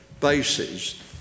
bases